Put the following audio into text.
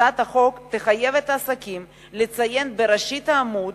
הצעת החוק תחייב את העסקים לציין בראשית העמוד,